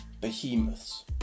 behemoths